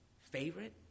favorite